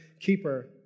keeper